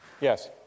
Yes